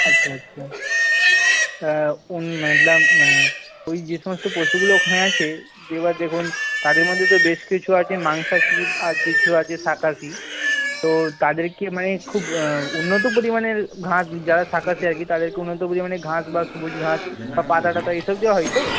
আচ্ছা আচ্ছা তা ম্যাডাম মানে ওই যে সমস্ত পশুগুলো ওখানে আছে দেখুন তাদের মধ্যে তো বেশ কিছু আছে মাংসাশী আর কিছু আছে শাকাশী তো তাদেরকে মানে খুব উন্নত পরিমাণের ঘাস যারা শাকাশী আর কি তাদেরকে উন্নত পরিমাণের ঘাস বা সবুজ ঘাস বা পাতা টাতা এইসব দেওয়া হয় তো